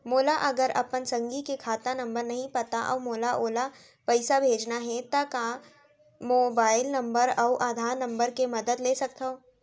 मोला अगर अपन संगी के खाता नंबर नहीं पता अऊ मोला ओला पइसा भेजना हे ता का मोबाईल नंबर अऊ आधार नंबर के मदद ले सकथव?